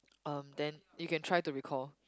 um then you can try to recall